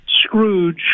Scrooge